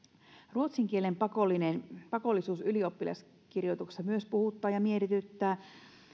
ruotsin kielen pakollisuus ylioppilaskirjoituksissa myös puhuttaa ja mietityttää